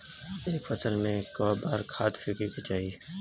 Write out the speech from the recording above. एक फसल में क बार खाद फेके के चाही?